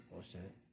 bullshit